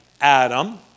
Adam